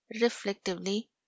reflectively